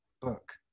book